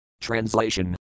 Translation